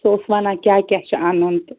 سُہ اوس وَنان کیٛاہ کیٛاہ چھُ اَنُن تہٕ